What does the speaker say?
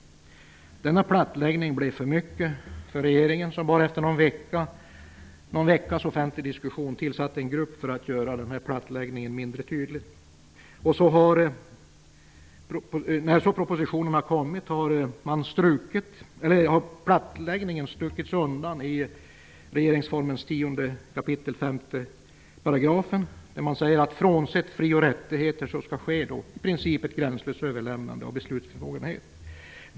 Men den här plattläggningen blev för mycket för regeringen, som bara efter någon veckas offentlig diskussion tillsatte en grupp för att göra plattläggningen mindre tydlig. När nu propositionen har kommit kan vi se att plattläggningen har stuvats undan i regeringsformens 10 kap. 5 §. Där står det att frånsett fri och rättigheter skall ett i princip gränslöst överlämnande av beslutsbefogenheter ske.